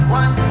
one